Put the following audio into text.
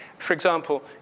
for example,